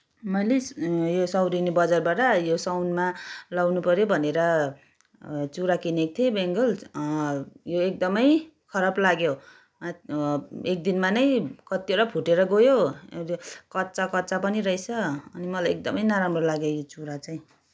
मैले यो सौरेनी बजारबाट यो साउनमा लगाउनुपऱ्यो भनेर चुरा किनेको थिएँ बेङ्गल्स यो एकदमै खराब लाग्यो अत एक दिनमा नै कत्तिवटा फुटेर गयो कच्चा कच्चा पनि रहेछ अनि मलाई एकदमै नराम्रो लाग्यो यो चुरा चाहिँ